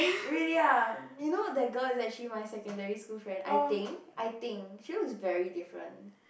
really ah you know that girl is actually my secondary school friend I think I think she looks very different